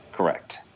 correct